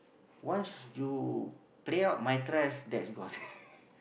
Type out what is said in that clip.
once you play out my trust that's gone